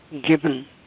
given